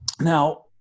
Now